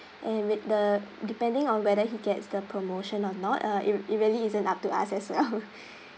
and with the depending on whether he gets the promotion or not uh it it really isn't up to us as well